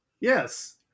Yes